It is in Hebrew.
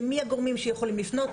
ומי הגורמים שיכולים לפנות.